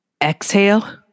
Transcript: Exhale